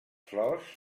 flors